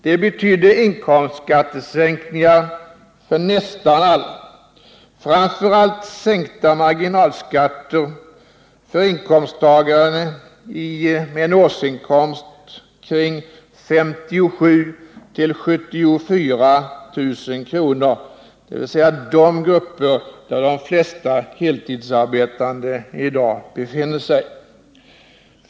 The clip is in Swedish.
Det betydde inkomstskattesänkningar för nästan alla, framför allt sänkta marginalskatter för inkomsttagare med en årsinkomst kring 57 000-74 000 kr., dvs. de grupper där de flesta heltidsarbetande i dag befinner sig.